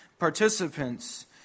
participants